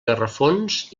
gafarrons